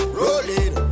rolling